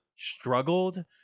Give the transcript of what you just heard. struggled